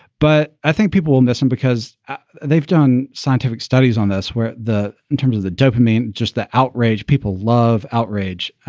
but i think people will miss him because they've done scientific studies on this, where the and terms of the document. just the outrage. people love outrage.